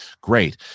great